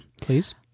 Please